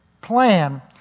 plan